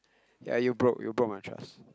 ya you broke you broke my trust